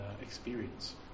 experience